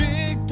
Big